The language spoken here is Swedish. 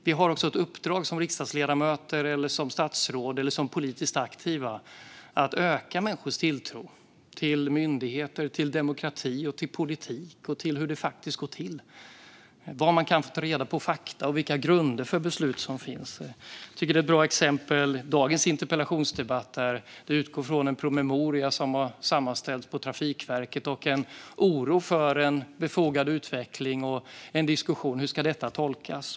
Vi har ett uppdrag som riksdagsledamöter, som statsråd och som politiskt aktiva att öka människors tilltro till myndigheter, till demokrati, till politik och till hur det faktiskt går till. Det handlar om var man kan ta reda på fakta och om vilka grunder för beslut som finns. Jag tycker att ett bra exempel är dagens interpellationsdebatt. Den utgår från en promemoria som har sammanställts på Trafikverket och en befogad oro för utvecklingen och en diskussion: Hur ska detta tolkas?